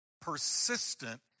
persistent